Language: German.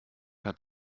hat